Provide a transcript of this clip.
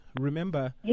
Remember